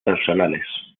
personales